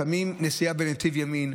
לפעמים נסיעה בנתיב ימין,